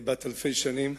בת אלפי שנים,